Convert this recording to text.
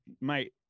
Mate